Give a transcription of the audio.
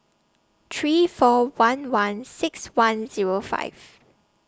three four one one six one Zero five